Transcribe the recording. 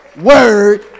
word